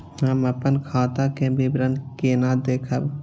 हम अपन खाता के विवरण केना देखब?